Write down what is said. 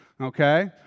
okay